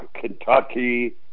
Kentucky